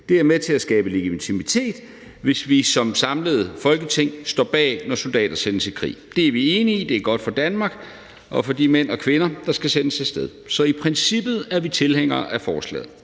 Det er med til at skabe legitimitet, hvis vi som samlet Folketing står bag det, når danske soldater sendes i krig. Det er vi enige i, det er godt for Danmark og for de mænd og kvinder, der skal sendes af sted. Så i princippet er vi tilhængere af forslaget.